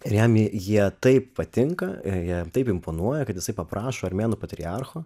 ir jam į jie taip patinka jam taip imponuoja kad jisai paprašo armėnų patriarcho